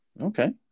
Okay